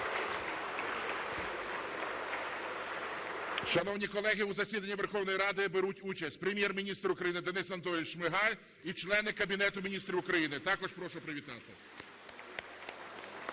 Шановні колеги, у засіданні Верховної Ради беруть участь Прем'єр-міністр України Денис Анатолійович Шмигаль і члени Кабінету Міністрів України. Також прошу привітати.